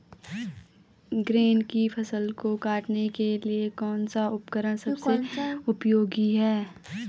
गन्ने की फसल को काटने के लिए कौन सा उपकरण सबसे उपयोगी है?